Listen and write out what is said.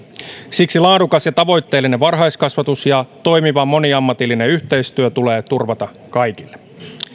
siksi laadukas ja tavoitteellinen varhaiskasvatus ja toimiva moniammatillinen yhteistyö tulee turvata kaikille